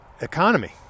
economy